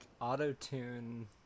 auto-tune